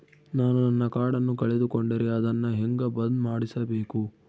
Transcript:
ನಾನು ನನ್ನ ಕಾರ್ಡನ್ನ ಕಳೆದುಕೊಂಡರೆ ಅದನ್ನ ಹೆಂಗ ಬಂದ್ ಮಾಡಿಸಬೇಕು?